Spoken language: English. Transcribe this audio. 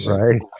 right